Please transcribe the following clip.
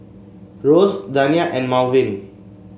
Rose Dania and Malvin